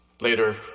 Later